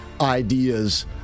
ideas